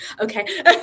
Okay